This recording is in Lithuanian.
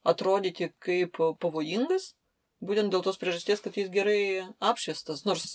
atrodyti kaip pavojingas būtent dėl tos priežasties kad jis gerai apšviestas nors